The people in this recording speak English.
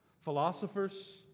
philosophers